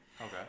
Okay